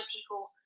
people